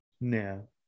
No